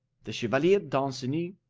the chevalier danceny.